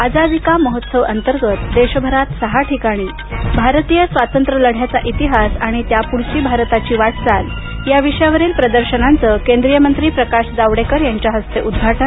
आजादी का महोत्सव अंतर्गत देशभरात सहा ठिकाणी भारतीय स्वातंत्र्यलढ्याचा इतिहास आणि त्यापुढची भारताची वाटचाल या विषयावरील प्रदर्शनांचं केंद्रीय मंत्री प्रकाश जावडेकर यांच्या हस्ते उद्वाटन